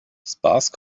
sparse